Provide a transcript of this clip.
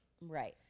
Right